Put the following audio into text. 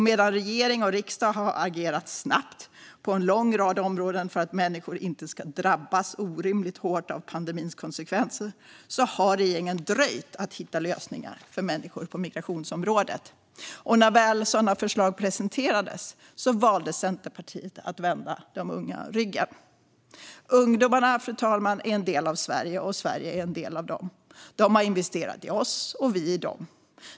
Medan regering och riksdag har agerat snabbt på en lång rad områden för att människor inte ska drabbas orimligt hårt av pandemins konsekvenser har regeringen dröjt med att hitta lösningar för människor på migrationsområdet. När sådana förslag väl presenterades valde Centerpartiet att vända de unga ryggen. Ungdomarna, fru talman, är en del av Sverige, och Sverige är en del av dem. De har investerat i oss och vi i dem.